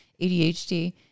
ADHD